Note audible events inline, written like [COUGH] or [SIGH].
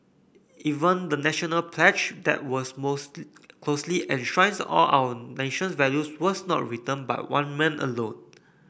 even the National pledge that was most [NOISE] closely enshrines all our nation's values was not written by one man alone